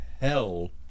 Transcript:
hell